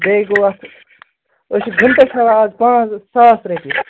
بیٚیہِ گوٚو اَتھ أسۍ چھِ گنٹَس ہٮ۪وان اَزٕ پانٛژھ ساس رۄپیہِ